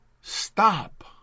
Stop